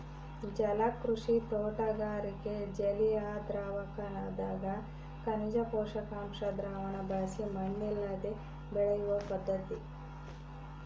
ಜಲಕೃಷಿ ತೋಟಗಾರಿಕೆ ಜಲಿಯದ್ರಾವಕದಗ ಖನಿಜ ಪೋಷಕಾಂಶ ದ್ರಾವಣ ಬಳಸಿ ಮಣ್ಣಿಲ್ಲದೆ ಬೆಳೆಯುವ ಪದ್ಧತಿ